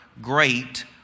great